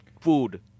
food